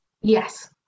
yes